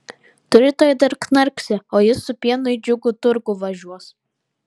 tu rytoj dar knarksi o jis su pienu į džiugų turgų važiuos